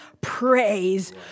praise